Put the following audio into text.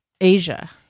Asia